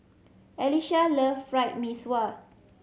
Alesha love Fried Mee Sua